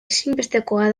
ezinbestekoa